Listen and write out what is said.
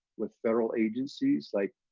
with federal agencies, like,